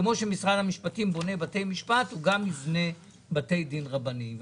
כמו שמשרד המשפטים בונה בתי משפט הוא גם יבנה בתי דין רבניים.